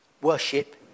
worship